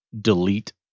delete